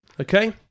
okay